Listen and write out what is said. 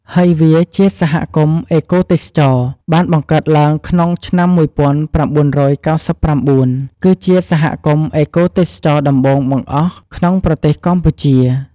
ហើយវាជាសហគមន៍អេកូទេសចរណ៍ បានបង្កើតឡើងក្នុងឆ្នាំមួយពាន់ប្រាំបួនរយកៅសិបប្រាំបួន គឺជាសហគមន៍អេកូទេសចរណ៍ដំបូងបង្អស់ក្នុងប្រទេសកម្ពុជា។